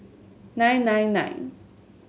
nine nine nine